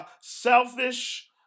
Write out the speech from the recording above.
selfish